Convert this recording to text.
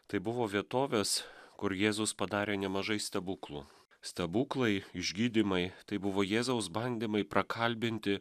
tai buvo vietovės kur jėzus padarė nemažai stebuklų stebuklai išgydymai tai buvo jėzaus bandymai prakalbinti